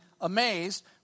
amazed